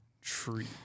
tree